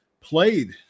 played